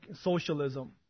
socialism